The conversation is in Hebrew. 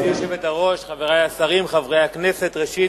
היושבת-ראש, חברי השרים, חברי הכנסת, ראשית,